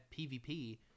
PvP